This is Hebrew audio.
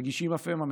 רגישים אף הם,